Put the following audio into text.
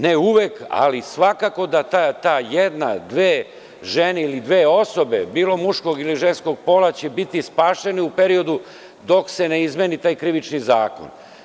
Ne uvek, ali svakako da ta jedna, dve žene ili dve osobe, bilo ženskog ili muškog pola, će biti spašene u periodu dok se ne izmeni ovaj Krivični zakon.